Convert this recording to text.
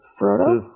Frodo